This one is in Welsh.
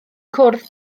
cwrdd